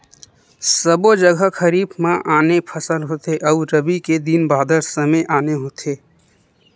सबो जघा खरीफ म आने फसल होथे अउ रबी के दिन बादर समे आने होथे